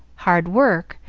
hard work,